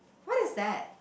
what is that